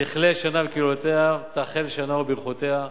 תכלה שנה וקללותיה, תחל שנה וברכותיה.